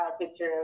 picture